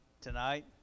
tonight